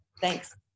thanks